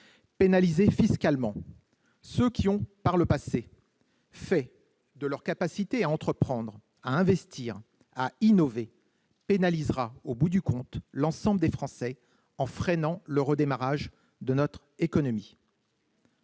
Pénaliser fiscalement ceux qui ont, par le passé, fait la preuve de leur capacité à entreprendre, à investir, à innover pénalisera au bout du compte l'ensemble des Français, en freinant le redémarrage de notre économie.